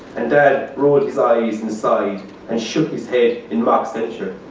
and dad rolled his eyes and sighed and shook his head in mock censure.